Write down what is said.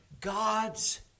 God's